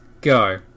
go